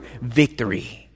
victory